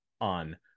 on